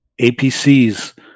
APCs